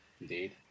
Indeed